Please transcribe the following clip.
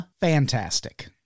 fantastic